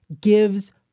gives